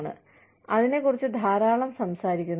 ഞങ്ങൾ അതിനെക്കുറിച്ച് ധാരാളം സംസാരിക്കുന്നു